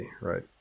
right